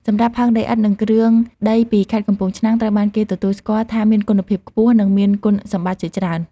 សម្រាប់ផើងដីឥដ្ឋ និងគ្រឿងដីពីខេត្តកំពង់ឆ្នាំង ត្រូវបានគេទទួលស្គាល់ថាមានគុណភាពខ្ពស់ និងមានគុណសម្បត្តិជាច្រើន។